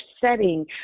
setting